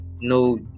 no